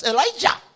Elijah